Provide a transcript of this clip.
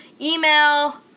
email